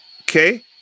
Okay